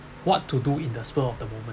what to do in the spur of the moment